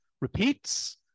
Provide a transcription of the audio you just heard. repeats